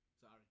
Sorry